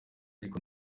ariko